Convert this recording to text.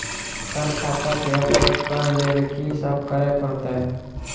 Sir खाता केँ update करऽ लेल की सब करै परतै?